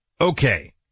Okay